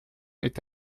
est